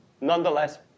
nonetheless